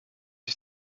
ich